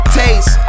taste